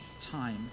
time